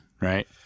Right